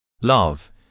Love